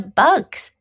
bugs